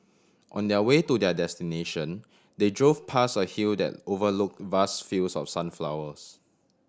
on their way to their destination they drove past a hill that overlook vast fields of sunflowers